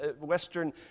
Western